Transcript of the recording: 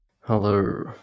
Hello